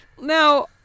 Now